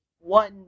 one